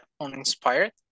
uninspired